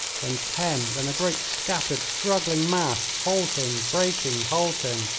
then ten, then a great, scattered, struggling mass, halting, breaking, halting,